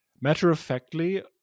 matter-of-factly